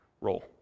role